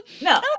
No